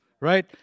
right